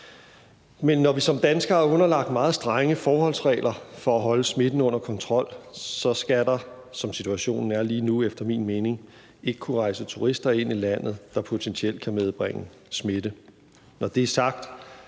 Men når vi som danskere er underlagt meget strenge forholdsregler for at holde smitten under kontrol, skal der, som situationen er lige nu, efter min mening ikke kunne rejse turister, der potentielt kan medbringe smitte, ind i landet.